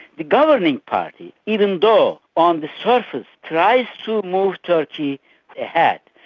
the governing party, even though on the surface tries to move turkey ahead,